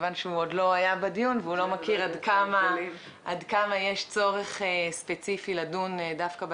לא הייתי ממליצה להמתין לוועדה אם אפשר לסייע באופן